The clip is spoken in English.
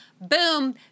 Boom